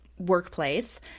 workplace